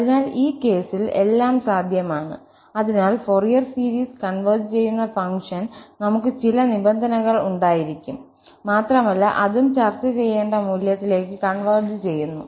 അതിനാൽ ഈ കേസിൽ എല്ലാം സാധ്യമാണ് അതിനാൽ ഫൊറിയർ സീരീസ് കൺവെർജ് ചെയ്യുന്ന ഫംഗ്ഷന് നമുക് ചില നിബന്ധനകൾ ഉണ്ടായിരിക്കും മാത്രമല്ല അതും ചർച്ച ചെയ്യേണ്ട മൂല്യത്തിലേക്ക് കൺവെർജ് ചെയ്യുന്നു